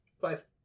Five